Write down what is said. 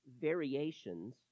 variations